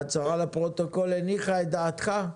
ההצהרה לפרוטוקול הניחה את דעתך?